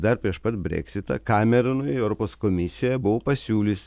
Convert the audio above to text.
dar prieš pat breksitą kameronui europos komisijoje buvo pasiūlys